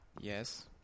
Yes